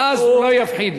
ואז לא יפחידו.